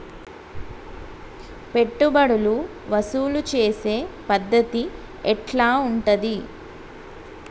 పెట్టుబడులు వసూలు చేసే పద్ధతి ఎట్లా ఉంటది?